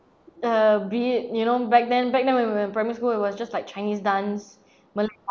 uh be it you know back then back then when we were in primary school it was just like chinese dance malay dance